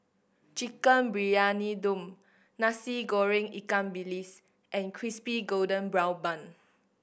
Chicken Briyani Dum Nasi Goreng ikan bilis and Crispy Golden Brown Bun